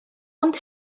ond